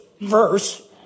verse